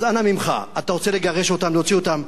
אז אנא ממך, אתה רוצה לגרש אותם, להוציא אותם?